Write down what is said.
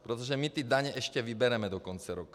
Protože my ty daně ještě vybereme do konce roku.